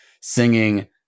singing